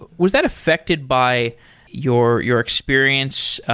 was that affected by your your experience,